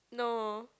no